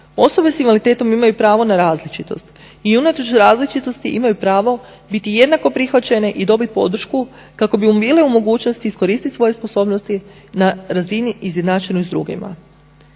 osobe s invaliditetom imaju pravo na različitost i unatoč različitosti imaju pravo biti jednako prihvaćene i dobiti podršku kako bi bili u mogućnosti iskoristiti svoje sposobnosti na razini izjednačenoj s drugima.